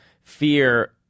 fear